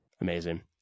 Amazing